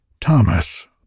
Thomas